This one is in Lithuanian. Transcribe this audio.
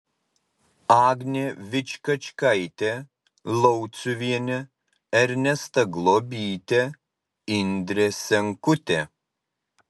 agnė vičkačkaitė lauciuvienė ernesta globytė indrė senkutė